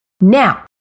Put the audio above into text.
Now